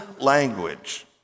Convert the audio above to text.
language